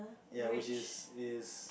ya which is is